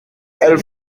elles